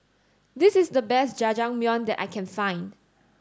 this is the best Jajangmyeon that I can find